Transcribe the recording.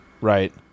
Right